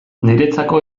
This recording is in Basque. niretzako